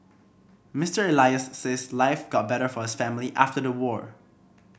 Mister Elias says life got better for his family after the war